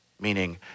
meaning